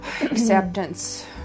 Acceptance